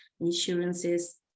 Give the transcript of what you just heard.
insurances